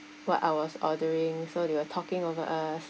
what I was ordering so they were talking over us